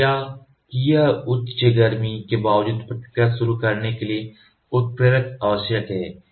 प्रतिक्रिया की उच्च गर्मी के बावजूद प्रतिक्रिया शुरू करने के लिए एक उत्प्रेरक आवश्यक है